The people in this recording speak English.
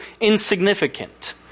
insignificant